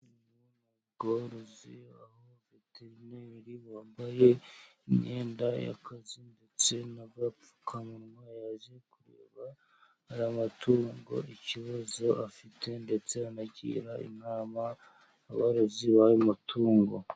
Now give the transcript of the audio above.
Ubworozi aho veterineri wambaye imyenda y'akazi ndetse na gapfukamunwa yaje kureba amatungo ikibazo afite. Ndetse anagira inama abarozi b'ayo amatungo.